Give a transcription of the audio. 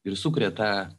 ir sukuria tą